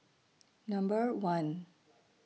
Number one